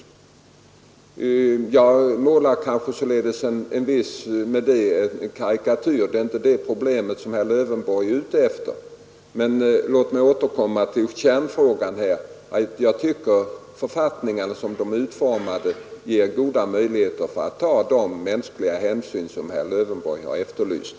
Jag målar således med det en karikatyr — det är inte det problem som herr Lövenborg är ute efter — men låt mig återkomma till kärnfrågan: Jag tycker att författningarna som de är utformade ger goda möjligheter för att ta de mänskliga hänsyn som herr Lövenborg har efterlyst.